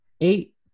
Eight